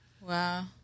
wow